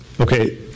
okay